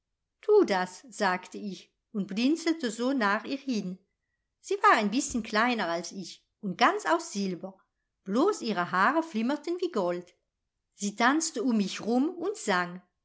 tu das sagte ich und blinzelte so nach ihr hin sie war ein bißchen kleiner als ich und ganz aus silber blos ihre haare flimmerten wie gold sie tanzte um mich rum und sang